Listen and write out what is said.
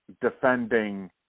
defending